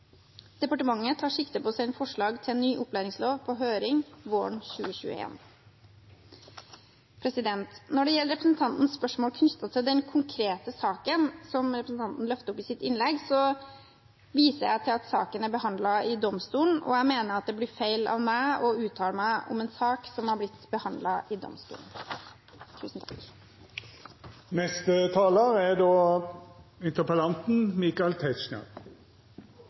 Departementet tar sikte på å sende forslag til ny opplæringslov på høring våren 2021. Når det gjelder representantens spørsmål knyttet til den konkrete saken som han løfter i sitt innlegg, vil jeg vise til at saken er behandlet i domstolen, og jeg mener det blir feil av meg å uttale meg om en sak som har blitt behandlet i domstolen.